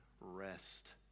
rest